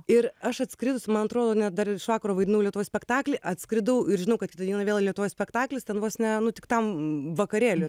ir aš atskridus man atrodo net dar ir iš vakaro vaidinau lietuvoj spektaklį atskridau ir žinau kad kitą dieną vėl lietuvoj spektaklis ten vos ne nu tik tam vakarėliui